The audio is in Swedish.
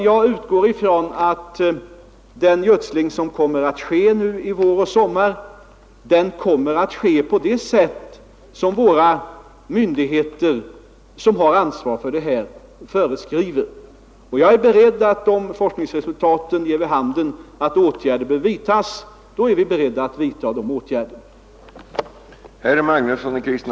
Jag utgår ifrån att den gödsling som skall ske nu i vår och i sommar kommer att ske på det sätt våra myndigheter, som har ansvar för detta, föreskriver. Om forskningsresultaten ger vid handen att åtgärder bör vidtas, är vi beredda att vidta de åtgärderna.